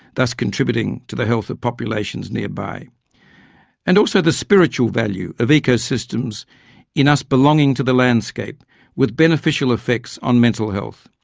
thus contributing to the health of populations nearby and also the spiritual value of ecosystems in us belonging to the landscape with beneficial effects on mental health.